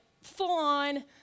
full-on